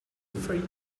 very